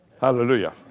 Hallelujah